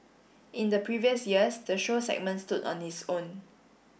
in the previous years the show segment stood on its own